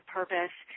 purpose